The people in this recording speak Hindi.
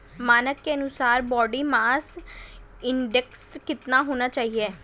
मानक के अनुसार बॉडी मास इंडेक्स कितना होना चाहिए?